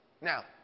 Now